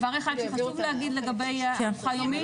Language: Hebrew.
דבר אחד שחשוב להגיד לגבי ארוחה יומית,